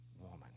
woman